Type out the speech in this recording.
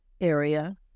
area